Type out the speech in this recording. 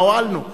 מה הועלנו?